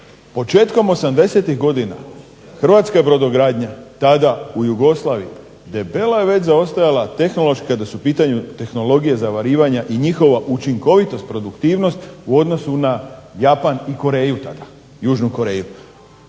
početkom '80-ih godina hrvatska brodogradnja tada u Jugoslaviji debelo je već zaostajala tehnološki kada su u pitanju tehnologije zavarivanja i njihova učinkovitost, produktivnost u odnosu na Japan i Koreju tada, Južnu Koreju.